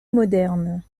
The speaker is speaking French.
moderne